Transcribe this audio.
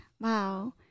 Wow